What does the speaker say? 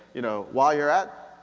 you know while you're at.